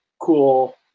cool